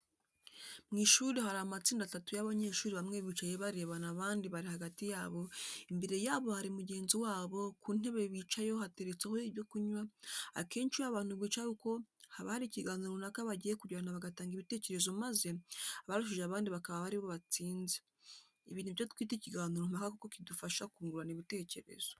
Mu ishuri hari amatsinda atatu y'abanyeshuri bamwe bicaye barebana abandi bari hagati yabo, imbere yabo hari mugenzi wabo, ku ntebe bicayeho hateretseho ibyo kunywa, akenshi iyo abantu bicaye uko haba hari ikiganiro runaka bagiye kugirana bagatanga ibitekerezo maze abarushije abandi bakaba ari bo batsinze, ibi ni byo twita ikiganiro mpaka kuko kidufasha kungurana ibitekerezo.